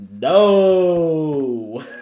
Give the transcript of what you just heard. No